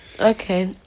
Okay